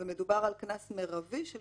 מדובר על קנס מרבי של